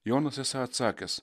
jonas esą atsakęs